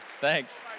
Thanks